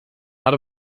out